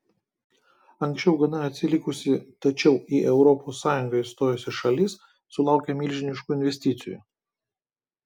anksčiau gana atsilikusi tačiau į europos sąjungą įstojusi šalis sulaukia milžiniškų investicijų